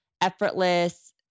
effortless